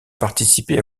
participé